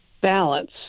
balance